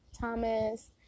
Thomas